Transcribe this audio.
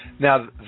Now